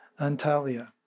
Antalya